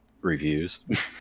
reviews